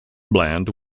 bland